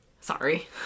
Sorry